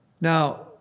Now